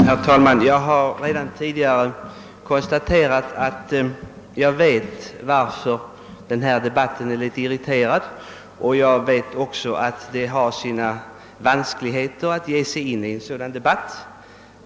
Herr talman! Jag har redan konstaterat att jag vet varför denna debatt är litet irriterad, och jag vet också att det har sina vanskligheter att ge sig in i en sådan debatt.